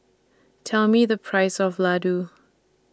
Tell Me The Price of Laddu